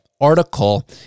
article